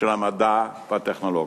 של המדע והטכנולוגיה,